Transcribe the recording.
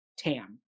TAM